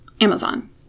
Amazon